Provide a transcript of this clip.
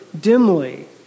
dimly